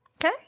okay